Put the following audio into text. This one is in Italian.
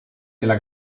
della